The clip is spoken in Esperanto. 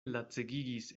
lacegigis